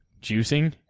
juicing